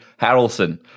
Harrelson